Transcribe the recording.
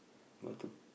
go to